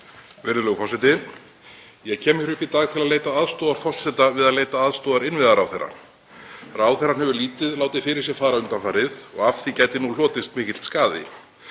Virðulegur forseti. Ég kem hingað upp í dag til að leita aðstoðar forseta við að leita aðstoðar innviðaráðherra. Ráðherrann hefur lítið látið fyrir sér fara undanfarið og af því gæti hlotist mikill skaði.